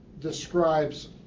describes